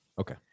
Okay